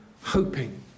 hoping